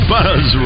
Buzz